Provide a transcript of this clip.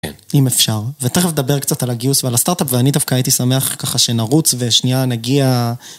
אם אפשר, ותכף נדבר קצת על הגיוס ועל הסטארט-אפ ואני דווקא הייתי שמח ככה שנרוץ ושנייה נגיע...